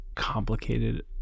complicated